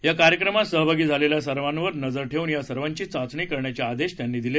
या कार्यक्रमात सहभागी झालेल्या सर्वांवर नजर ठेवून या सर्वांची चाचणी करण्याचे आदेश त्यांनी दिले